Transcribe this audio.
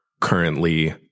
currently